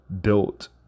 built